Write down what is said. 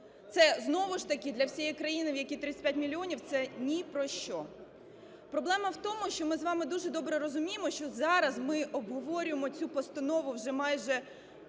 Це знову ж таки для всієї країни, в якій 35 мільйонів, це ні про що. Проблема в тому, що ми з вами дуже добре розуміємо, що зараз ми обговорюємо цю постанову вже майже